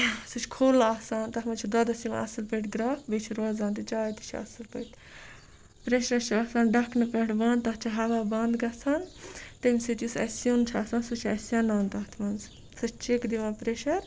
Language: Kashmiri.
سُہ چھُ کھوٚل آسان تَتھ مَنٛز چھِ دۄدَس یِوان اَصل پٲٹھۍ گرَکھ بے چھُ روزان تہِ چاے تہِ چھِ اَصل پٲٹھۍ پریٚشرَس چھُ آسان ڈَکھنہٕ پیٚٹھِ بَنٛد تَتھ چھُ ہَوا بَنٛد گَژھان تمہِ سۭتۍ یُس اَسہِ سیُن چھُ آسان سُہ چھُ اَسہِ سیٚنان تَتھ مَنٛز سُہ چھُ چِکھ دِوان پریٚشَر